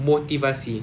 motivasi